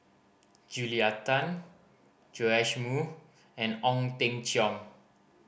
Julia Tan Joash Moo and Ong Teng Cheong